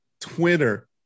Twitter